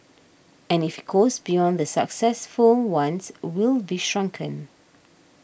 and if it goes beyond the successful ones we'll be shrunken